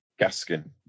Gaskin